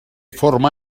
forma